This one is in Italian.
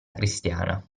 cristiana